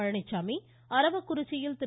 பழனிச்சாமி அரவக்குறிச்சியில் திரு